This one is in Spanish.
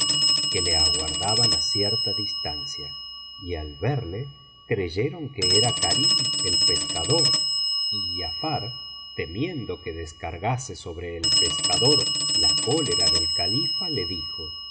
que le aguardaban á cierta distancia y al verle creyeron que era karim el pescador y giafar temiendo que descargase sobre el pescador la cólera del califa le dijo oh